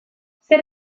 zer